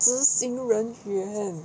执行人员